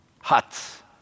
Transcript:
huts